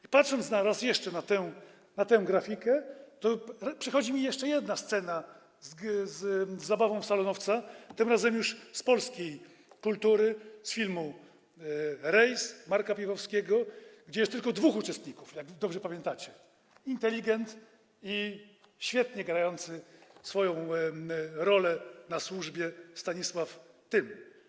Kiedy patrzę na was, i jeszcze na tę grafikę, przychodzi mi na myśl inna scena z grą w salonowca, tym razem już z polskiej kultury, z filmu „Rejs” Marka Piwowskiego, gdzie jest tylko dwóch uczestników, jak dobrze pamiętacie: inteligent i świetnie grający swoją rolę na służbie Stanisław Tym.